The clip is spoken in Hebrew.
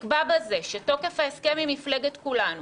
ש"תוקף ההסכם עם מפלגת כולנו